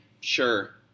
sure